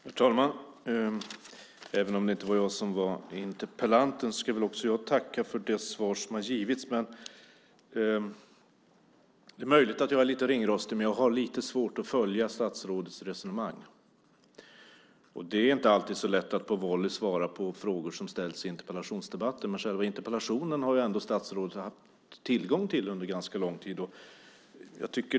Herr talman! Även om det inte är jag som är interpellanten ska även jag tacka för det svar som har givits. Det är möjligt att jag är lite ringrostig, men jag har lite svårt att följa statsrådets resonemang. Det är inte alltid så lätt att på volley svara på frågor som ställs i interpellationsdebatter. Men själva interpellationen har statsrådet haft tillgång till under ganska lång tid.